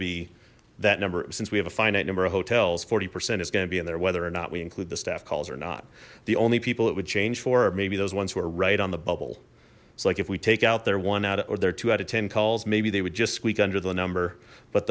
be that number since we have a finite number of hotels forty percent is going to be in there whether or not we include the staff calls or not the only people that would change for or maybe those ones who are right on the bubble it's like if we take out their one out or their two out of ten calls maybe they would just squeak under the number but